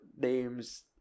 names